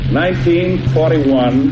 1941